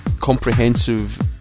comprehensive